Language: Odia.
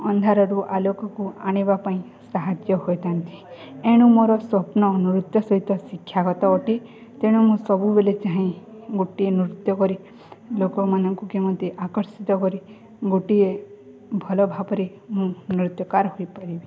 ଅନ୍ଧାରରୁ ଆଲୋକକୁ ଆଣିବା ପାଇଁ ସାହାଯ୍ୟ ହେଇଥାନ୍ତି ଏଣୁ ମୋର ସ୍ଵପ୍ନ ନୃତ୍ୟ ସହିତ ଶିକ୍ଷାଗତ ଅଟେ ତେଣୁ ମୁଁ ସବୁବେଳେ ଚାହେଁ ଗୋଟିଏ ନୃତ୍ୟ କରି ଲୋକମାନଙ୍କୁ କେମିତି ଆକର୍ଷିତ କରି ଗୋଟିଏ ଭଲ ଭାବରେ ମୁଁ ନୃତ୍ୟକାର୍ ହେଇପାରିବି